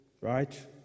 right